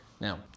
Now